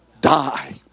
die